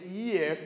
year